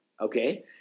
Okay